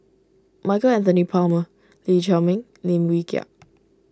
Michael Anthony Palmer Lee Chiaw Meng Lim Wee Kiak